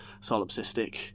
solipsistic